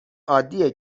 عادیه